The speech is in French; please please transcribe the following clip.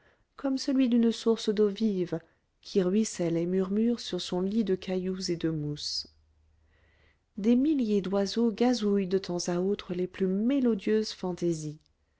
comme celui d'une source d'eau vive qui ruisselle et murmure sur son lit de cailloux et de mousse des milliers d'oiseaux gazouillent de temps à autre les plus mélodieuses fantaisies